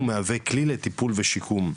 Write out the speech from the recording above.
ומהווה כלי לטיפול ושיקום,